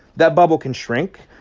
that bubble can shrink.